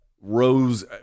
Rose